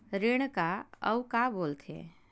ऋण का अउ का बोल थे?